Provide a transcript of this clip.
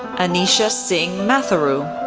anisha singh matharu,